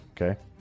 okay